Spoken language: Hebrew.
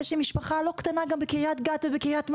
יש לי משפחה לא קטנה בקריית גת ובקריית מלאכי,